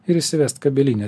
ir įsivest kabelinę